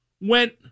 went